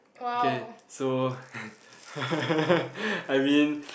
okay so I mean